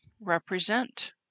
represent